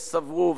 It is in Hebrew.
הם סברו,